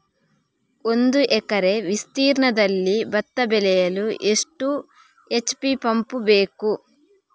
ಒಂದುಎಕರೆ ವಿಸ್ತೀರ್ಣದಲ್ಲಿ ಭತ್ತ ಬೆಳೆಯಲು ಎಷ್ಟು ಎಚ್.ಪಿ ಪಂಪ್ ಬೇಕು?